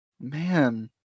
Man